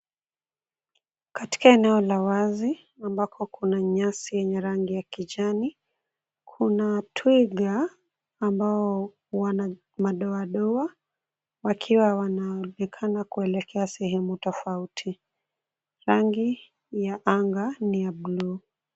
Katika eneo la wazi ambako kuna nyasi yenye rangi ya kijani, kuna twiga ambao wana madoadoa wakiwa wanaonekana kuelekea katika sehemu tofauti. Rangi ya anga ni ya blue .